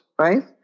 Right